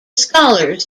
scholars